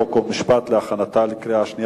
חוק ומשפט נתקבלה.